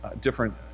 different